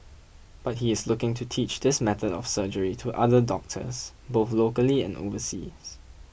but he is looking to teach this method of surgery to other doctors both locally and overseas